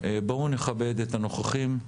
בואו נכבד את הנוכחים,